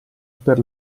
per